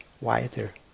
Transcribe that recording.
wider